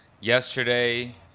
Yesterday